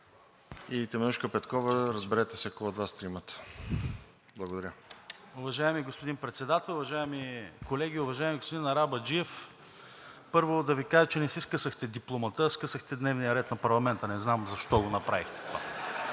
и Теменужка Петкова – разберете се кой от вас тримата. Благодаря. ТОМА БИКОВ (ГЕРБ-СДС): Уважаеми господин Председател, уважаеми колеги! Уважаеми господин Арабаджиев, първо, да Ви кажа, че не си скъсахте дипломата, а скъсахте дневния ред на парламента. Не знам защо го направихте.